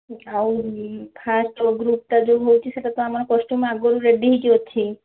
ଆଉ ଫାଷ୍ଟ୍ ଗ୍ରୁ୍ପଟା ଯେଉଁ ହେଉଛି ସେଇଟା ତ ଆମର କଷ୍ଟ୍ୟୁମ୍ ଆଗରୁ ରେଡ଼ି ହେଇକି ଅଛି